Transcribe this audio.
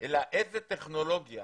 אלא איזו טכנולוגיה